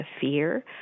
fear